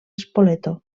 spoleto